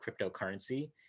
cryptocurrency